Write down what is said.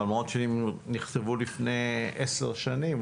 למרות שנכתבו לפני 10 שנים,